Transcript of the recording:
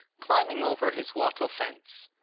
climbing over his wattle fence,